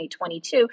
2022